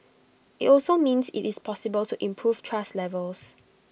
IT also means IT is possible to improve trust levels